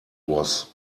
was